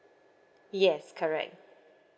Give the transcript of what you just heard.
yes correct